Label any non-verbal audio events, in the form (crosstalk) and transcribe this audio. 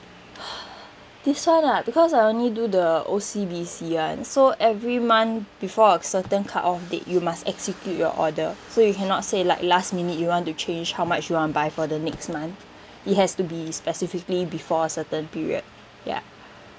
(breath) this [one] ah because I only do the O_C_B_C [one] so every month before a certain cut off date you must execute your order so you cannot say like last minute you want to change how much you want buy for the next month it has to be specifically before certain period ya